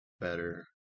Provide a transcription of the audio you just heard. better